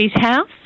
house